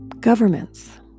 governments